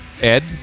Ed